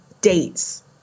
dates